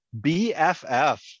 bff